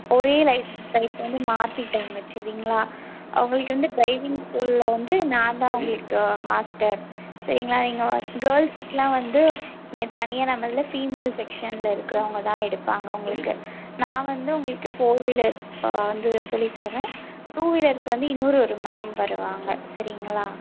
ஒரே license type வந்து மாற்றிட்டாங்க சரிங்களா உங்களுக்கு வந்து ட்ரைவிங் ஸ்கூலில் வந்து நான்தான் உங்களுக்கு மாஸ்டர் சரிங்களா இங்கே கேள்ஸ்க்குலாம் வந்து இங்கே தனியாக நம்ம இதில் ஃபீமேல் செக்ஷனில் இருக்கிறவங்க தான் எடுப்பாங்க உங்களுக்கு நான் வந்து உங்களுக்கு ஃபோர் வீலர் வந்து சொல்லித்தருவேன் டூ வீலருக்கு வந்து இன்னொரு ஒரு மேம் வருவாங்க சரிங்களா